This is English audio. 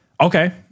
Okay